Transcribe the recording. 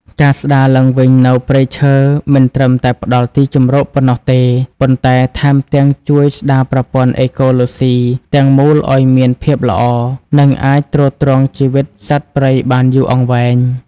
ការស្តារឡើងវិញនូវព្រៃឈើមិនត្រឹមតែផ្តល់ទីជម្រកប៉ុណ្ណោះទេ ប៉ុន្តែថែមទាំងជួយស្តារប្រព័ន្ធអេកូឡូស៊ីទាំងមូលឲ្យមានភាពល្អ និងអាចទ្រទ្រង់ជីវិតសត្វព្រៃបានយូរអង្វែង។